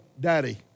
daddy